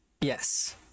Yes